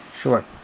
Sure